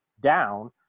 down